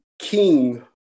King